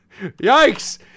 Yikes